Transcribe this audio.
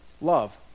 love